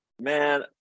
man